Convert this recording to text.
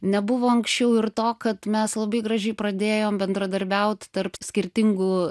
nebuvo anksčiau ir to kad mes labai gražiai pradėjom bendradarbiaut tarp skirtingų